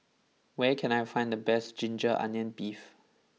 where can I find the best Ginger Onions Beef